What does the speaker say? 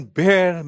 bear